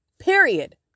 period